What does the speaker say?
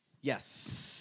Yes